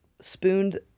spooned